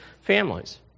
families